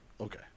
Okay